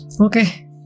okay